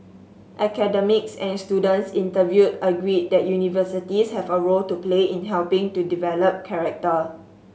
academics and students interviewed agreed that universities have a role to play in helping to develop character